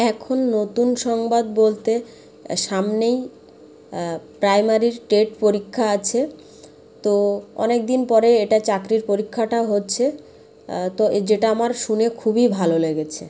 এখন নতুন সংবাদ বলতে সামনেই প্রাইমারির টেট পরীক্ষা আছে তো অনেক দিন পরে এটা চাকরির পরীক্ষাটা হচ্ছে তো যেটা আমার শুনে খুবই ভালো লেগেছে